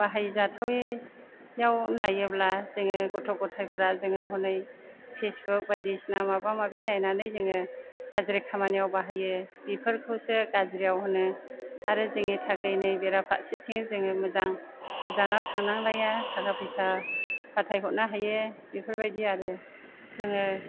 बाहाय जाथावियाव नायोब्ला जोङो गथ' गथाइफ्रा जोङो हनै फेसबुक बायदिसिना माबा माबि नायनानै जोङो गाज्रि खामानियाव बाहायो बेफोरखौसो गाज्रियाव होनो आरो जोंनि थाखाय बेरा फारसेथिं जोङो मोजां गोजानाव थांनांलाया थाखा फैसा फाथाय हरनो हायो बेफोर बायदि आरो जोङो